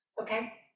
Okay